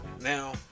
Now